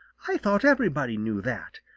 i thought everybody knew that.